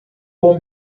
com